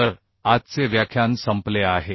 तर आजचे व्याख्यान संपले आहे